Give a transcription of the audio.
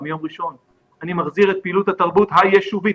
אני מחזיר את פעילות התרבות היישובית,